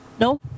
No